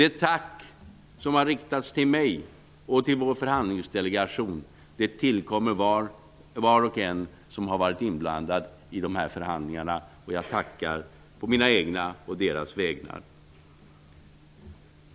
Det tack som har riktats till mig och vår förhandlingsdelegation tillkommer var och en som har varit inblandad i dessa förhandlingar. Och jag vill framföra ett tack på mina egna och deras vägnar.